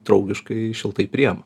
draugiškai šiltai priima